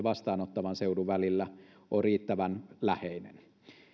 vastaanottavan seudun välillä on riittävän läheinen